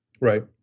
Right